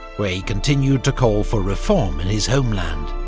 where he continued to call for reform in his homeland.